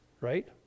right